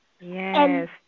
Yes